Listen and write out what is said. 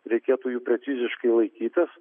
reikėtų jų preciziškai laikytis